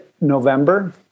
November